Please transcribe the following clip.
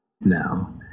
now